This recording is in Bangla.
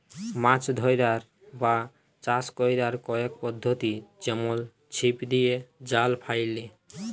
মাছ ধ্যরার বা চাষ ক্যরার কয়েক পদ্ধতি যেমল ছিপ দিঁয়ে, জাল ফ্যাইলে